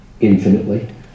infinitely